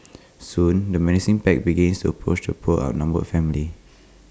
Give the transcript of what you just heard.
soon the menacing pack begins to approach the poor outnumbered family